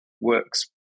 works